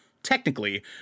Technically